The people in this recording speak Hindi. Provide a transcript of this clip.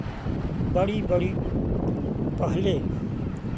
बड़ी बड़ी पहले